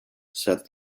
said